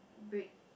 brick